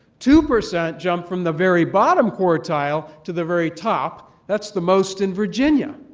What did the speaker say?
two percent jump from the very bottom quartile to the very top. that's the most in virginia.